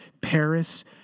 Paris